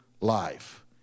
life